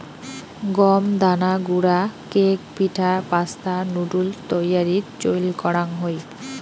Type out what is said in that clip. গম দানা গুঁড়া কেক, পিঠা, পাস্তা, নুডুলস তৈয়ারীত চইল করাং হই